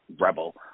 Rebel